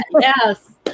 Yes